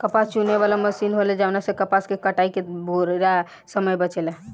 कपास चुने वाला मशीन होला जवना से कपास के कटाई के बेरा समय बचेला